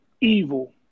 evil